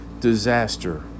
Disaster